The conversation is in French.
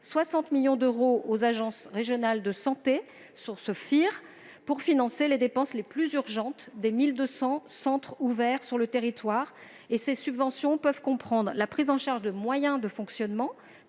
60 millions d'euros aux ARS pour les FIR, afin de financer les dépenses les plus urgentes des 1 200 centres ouverts sur le territoire. Ces subventions peuvent comprendre la prise en charge de moyens de fonctionnement,